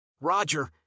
Roger